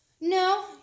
No